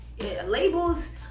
labels